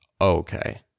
okay